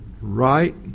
right